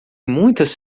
muitas